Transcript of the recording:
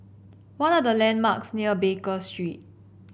what are the landmarks near Baker Street